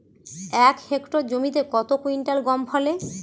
এক হেক্টর জমিতে কত কুইন্টাল গম ফলে?